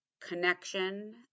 connection